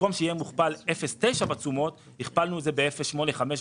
במקום שיהיה מוכפל ב-0.9 בתשומות הכפלנו את זה ב-0.85 בתשומות,